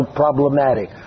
problematic